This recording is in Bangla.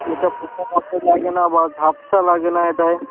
এটা পোকা মাকড় লাগে না বা ঝাপসা লাগে না এটায়